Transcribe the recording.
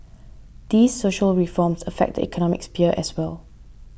these social reforms affect the economic sphere as well